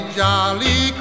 jolly